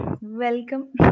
welcome